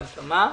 מי נמנע?